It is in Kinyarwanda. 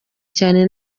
cyane